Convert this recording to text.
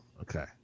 Okay